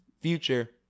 future